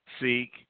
seek